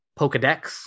Pokedex